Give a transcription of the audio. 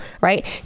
right